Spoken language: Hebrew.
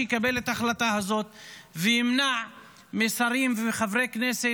שיקבל את ההחלטה הזאת וימנע משרים וחברי כנסת,